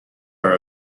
are